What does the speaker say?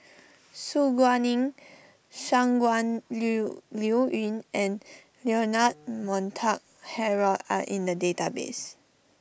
Su Guaning Shangguan Liuliuyun and Leonard Montague Harrod are in the database